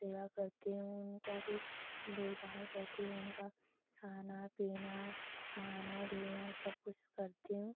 सेवा करती हूँ उनकी भी देखभाल करती हूँ उनका खाना पीना नहाना धुलना सबकुछ करती हूँ